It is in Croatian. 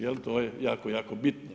Jel to je jako, jako bitno.